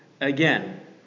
again